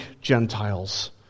Gentiles